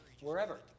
wherever